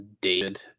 David